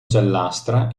giallastra